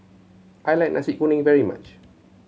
I like Nasi Kuning very much